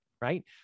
right